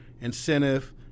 incentive